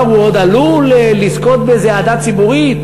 הוא עוד עלול לזכות באיזו אהדה ציבורית,